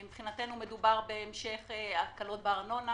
מבחינתנו מדובר בהמשך הקלות בארנונה